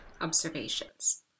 Observations